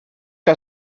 que